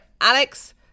Alex